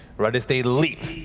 right as they leap,